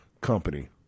company